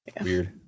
weird